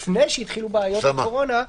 הוא יכול להביע עקרונות להסדר,